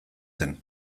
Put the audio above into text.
zen